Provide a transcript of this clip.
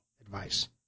advice